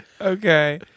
Okay